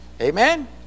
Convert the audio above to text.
Amen